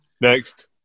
Next